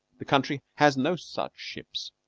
the country has no such ships,